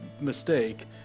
mistake